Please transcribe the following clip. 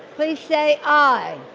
please say aye